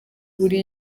buri